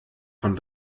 von